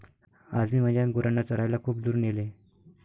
आज मी माझ्या गुरांना चरायला खूप दूर नेले